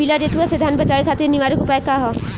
पीला रतुआ से धान बचावे खातिर निवारक उपाय का ह?